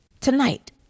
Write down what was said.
Tonight